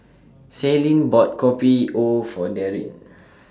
Ceylon bought Kopi O For Darryn